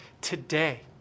Today